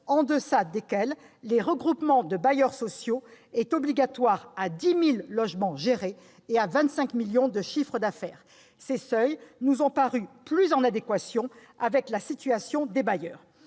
en deçà desquels le regroupement de bailleurs sociaux est obligatoire à 10 000 logements gérés et à 25 millions d'euros de chiffre d'affaires. Ces seuils nous ont paru plus en adéquation avec la situation des bailleurs.